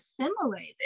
assimilated